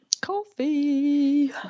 Coffee